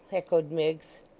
echoed miggs.